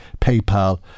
PayPal